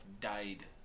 died